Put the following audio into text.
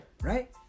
Right